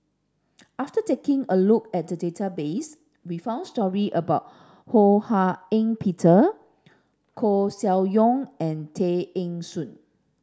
after taking a look at the database we found story about Ho Hak Ean Peter Koeh Sia Yong and Tay Eng Soon